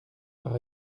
par